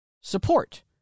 support